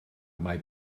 mae